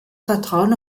vertrauen